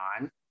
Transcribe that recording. on